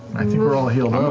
i think we're all healed